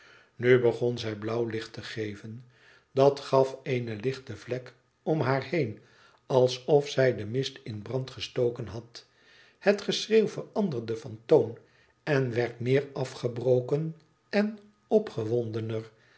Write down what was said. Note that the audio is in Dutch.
nu begon zij blauw licht te geven dat gaf eene lichte vlek om haar heen alsof zij den mist in brand gestoken had het geschreeuw veranderde van toon en werd meer afgebroken en opgewondener